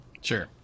Sure